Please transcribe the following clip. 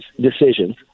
decisions